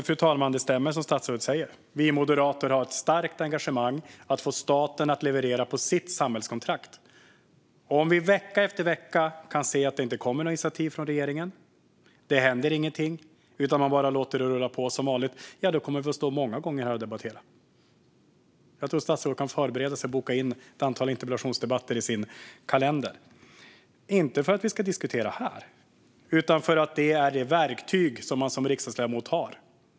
Fru talman! Det stämmer som statsrådet säger. Vi moderater har ett starkt engagemang för att få staten att leverera på sitt samhällskontrakt. Om vi vecka efter vecka kan se att det inte kommer några initiativ från regeringen och att det inte händer något utan man bara låter det rulla som vanligt kommer vi att få stå många gånger här och debattera. Jag tror att statsrådet kan förbereda sig för och boka in ett antal interpellationsdebatter i sin kalender, inte för att vi ska diskutera här utan därför att det är det verktyg som man som riksdagsledamot har.